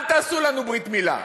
אל תעשו לנו ברית מילה,